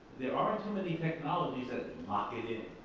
there aren't too many technologies that market it,